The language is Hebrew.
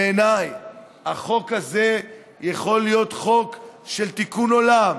בעיניי החוק הזה יכול להיות חוק של תיקון עולם.